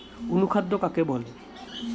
অনুখাদ্য কাকে বলে?